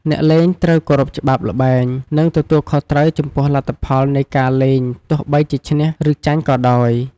អ្នកលេងត្រូវ គោរពច្បាប់ល្បែង និង ទទួលខុសត្រូវ ចំពោះលទ្ធផលនៃការលេងទោះបីជាឈ្នះ ឬចាញ់ក៏ដោយ។